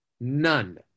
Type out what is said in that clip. none